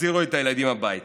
תחזירו את הילדים הביתה.